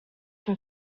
can